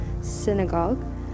synagogue